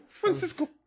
Francisco